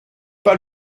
pas